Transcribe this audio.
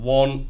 one